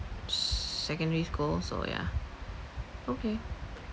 secondary school so yeah okay